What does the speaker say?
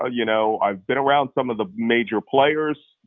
ah you know i've been around some of the major players,